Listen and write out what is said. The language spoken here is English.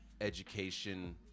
education